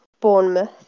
Bournemouth